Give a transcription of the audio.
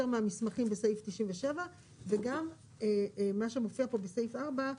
מסמכים בסעיף 97 וגם מה שמופיע בו בסעיף 4,